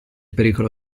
pericolo